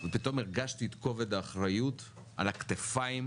פתאום הרגשתי את כובד האחריות על הכתפיים.